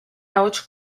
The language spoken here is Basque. ahots